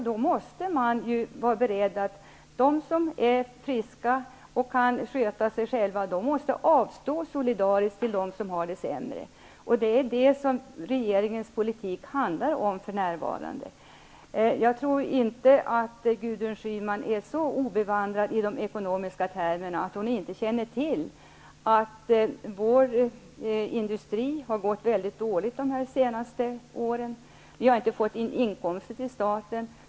Då måste man vara beredd på att de som är friska och kan sköta sig själva måste avstå solidariskt till dem som har det sämre. Det är det som regeringens politik handlar om för närvarande. Jag tror inte att Gudrun Schyman är så obevandrad när det gäller de ekonomiska termerna att hon inte känner till att vår industri har gått mycket dåligt under de senaste åren. Vi har inte fått in så mycket inkomster till staten.